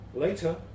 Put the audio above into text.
Later